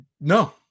No